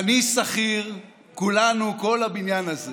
אתה שכיר, אני שכיר, כולנו, כל הבניין הזה